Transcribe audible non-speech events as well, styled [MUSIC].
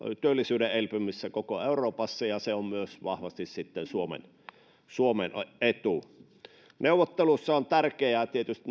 työllisyyden elpymisessä koko euroopassa ja se on myös vahvasti sitten suomen etu neuvottelupöydässä on tärkeää tietysti [UNINTELLIGIBLE]